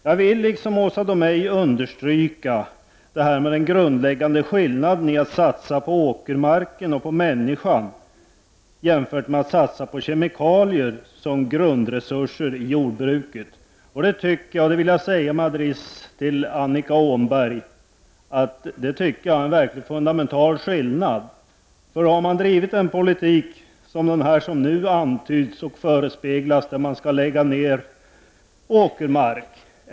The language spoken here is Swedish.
Jag vill, liksom Åsa Domeij, understryka den grundläggande skillnaden mellan att satsa på åkermarken och människan och att satsa på kemikalier som grundresurs i jordbruket. Jag anser att det är en fundamental skillnad, det vill jag säga med adress till Annika Åhnberg. Nu antyds och förespeglas en politik där man skall minska åkermark.